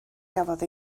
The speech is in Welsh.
gafodd